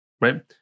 right